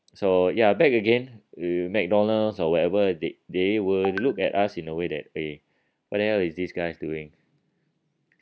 so ya back again uh McDonald's or whatever they they will look at us in a way that eh what the hell is these guys doing